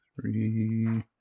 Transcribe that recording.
three